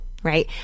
Right